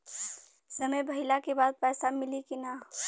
समय भइला के बाद पैसा मिली कि ना?